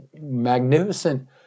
magnificent